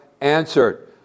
answered